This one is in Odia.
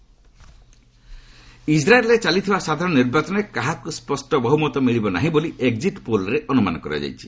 ଇସ୍ରାଏଲ୍ ଇସ୍ରାଏଲ୍ରେ ଚାଲିଥିବା ସାଧାରଣ ନିର୍ବାଚନରେ କାହାକୁ ସ୍ୱଷ୍ଟ ବହୁମତ ମିଳିବ ନାହିଁ ବୋଲି ଏକ୍ଜିଟ୍ ପୋଲ୍ରେ ଅନୁମାନ କରାଯାଇଛି